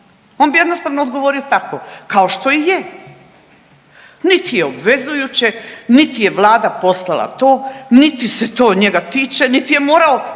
On bi jednostavno odgovorio tako kao što i je. Niti je obvezujuće, niti je vlada poslala to, niti se to njega tiče, niti je morao,